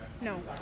No